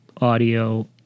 audio